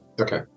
Okay